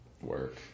work